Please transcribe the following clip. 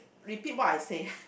repeat what I said